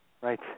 Right